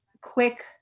quick